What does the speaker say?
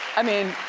i mean,